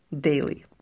daily